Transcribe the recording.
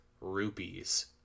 rupees